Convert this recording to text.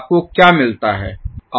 आपको क्या मिलता है